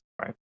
right